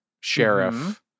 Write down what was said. sheriff